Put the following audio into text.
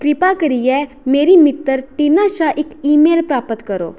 कृपा करियै मेरी मित्तर टीना शा इक ईमेल प्राप्त करो